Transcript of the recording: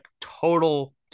total